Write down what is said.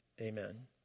Amen